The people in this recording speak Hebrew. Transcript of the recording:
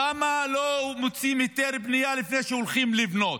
למה לא מוציאים היתר בנייה לפני שהולכים לבנות?